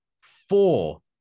four